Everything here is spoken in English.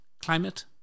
climate